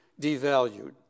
devalued